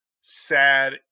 sad